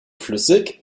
flüssig